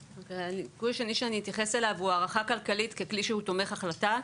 הליקוי השני שאני אתייחס אליו הוא הערכה כלכלית ככלי תומך החלטה.